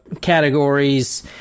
categories